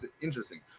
Interesting